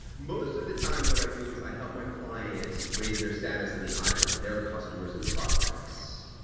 most of the time what i do is i help my clients raise their status in the eyes of their customers and prospects.